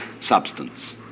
substance